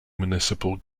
municipal